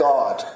God